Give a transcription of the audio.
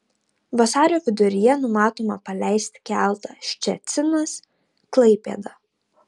vasario viduryje numatoma paleisti keltą ščecinas klaipėda